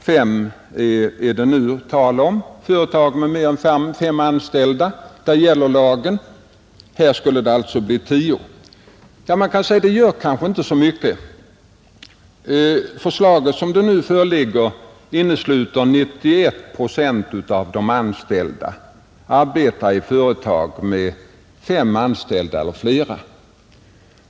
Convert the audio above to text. Enligt förslaget skall lagen gälla företag med mer än fem anställda; nu skulle den alltså gälla företag med mer än tio anställda. Man kanske kan tycka att detta inte har så stor betydelse. Förslaget sådant det nu föreligger innesluter 91 procent av alla anställda; så stor del arbetar alltså i företag med fem anställda eller flera.